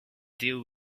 deal